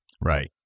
Right